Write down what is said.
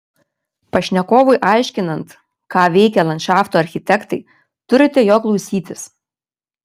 pašnekovui aiškinant ką veikia landšafto architektai turite jo klausytis